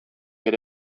ere